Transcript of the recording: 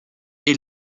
est